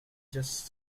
just